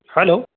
hello